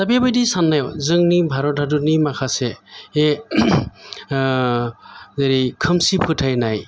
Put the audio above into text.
दा बेबायदि साननायाव जोंनि भारत हादरनि माखासे हे जेरै खोमसि फोथायनाय